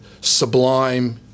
sublime